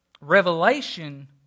revelation